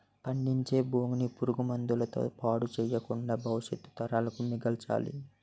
పండించే భూమిని పురుగు మందుల తో పాడు చెయ్యకుండా భవిష్యత్తు తరాలకు మిగల్చాలి